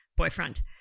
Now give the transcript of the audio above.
boyfriend